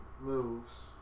moves